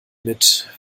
mit